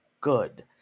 good